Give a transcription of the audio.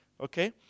okay